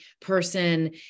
person